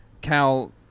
Cal